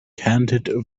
candid